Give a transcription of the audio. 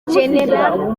gérard